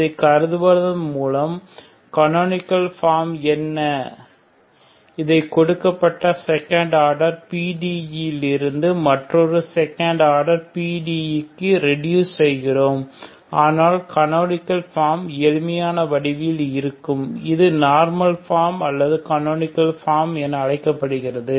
இதை கருதுவதன் மூலம் கனோனிகல் ஃபார்ம் என்ன இதை கொடுக்கப்பட்ட செகண்ட் ஆர்டர் PDE இருந்து மற்றொரு செகண்ட் ஆர்டர் PDE க்கு ரெடியூஸ் செய்கிறோம் ஆனால் கனோனிகல் ஃபார்ம் எளிமையான வடிவில் இருக்கும் இது நார்மல் ஃபார்ம் அல்லது கனோனிகல் ஃபார்ம் என அழைக்கப்படுகிறது